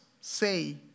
say